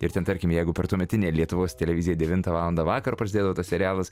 ir ten tarkim jeigu per tuometinę lietuvos televiziją devintą valandą vakaro prasidėdavo tas serialas